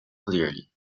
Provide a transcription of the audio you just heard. clearly